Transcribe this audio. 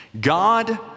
God